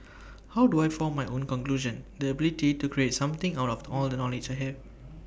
how do I form my own conclusion the ability to create something out of all the knowledge I have